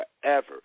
forever